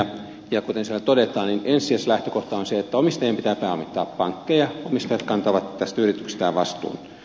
kuten siellä todetaan niin ensisijaislähtökohta on se että omistajien pitää pääomittaa pankkeja omistajat kantavat tästä yrityksestään vastuun